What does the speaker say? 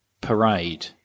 parade